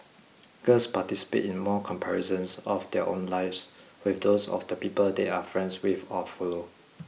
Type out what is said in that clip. girls participate in more comparisons of their own lives with those of the people they are friends with or follow